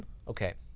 okay.